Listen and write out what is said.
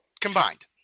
Combined